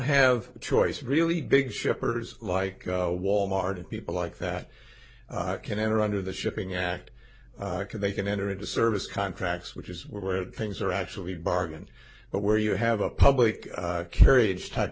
have a choice really big shippers like wal mart and people like that can enter under the shipping act and they can enter into service contracts which is where things are actually bargained but where you have a public carry aged type